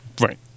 Right